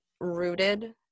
rooted